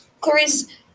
Clarice